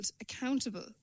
accountable